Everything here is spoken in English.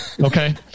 Okay